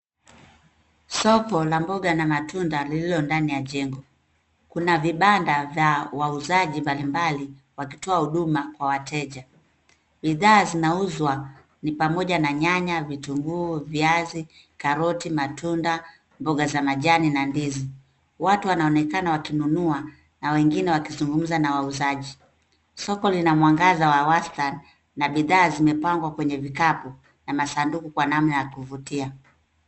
Soko la mboga na matunda lililo ndani ya jengo. Kuna vibanda vya wauzaji mbalimbali wakitoa huduma kwa wateja. Bidhaa zinauzwa ni pamoja na nyanya, vitunguu, viazi, karoti, matunda, mboga za majani na ndizi. Watu wanaonekana wakinunua na wengine wakizungumza na wauzaji. Soko lina mwangaza wa wastani na bidhaa zimepangwa kwenye vikapu na masanduku kwa namna ya kuvutia.